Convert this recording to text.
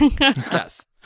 Yes